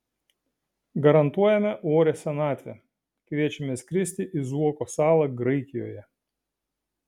garantuojame orią senatvę kviečiame skristi į zuoko salą graikijoje